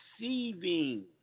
receiving